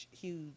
huge